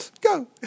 go